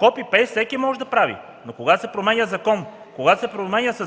Copy-paste всеки може да прави! Но когато се променя закон, когато със закона се